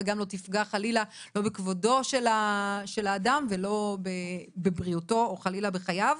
וגם לא תפגע חלילה לא בכבודו של האדם ולא בבריאותו או חלילה בחייו.